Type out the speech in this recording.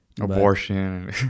Abortion